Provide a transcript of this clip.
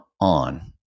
on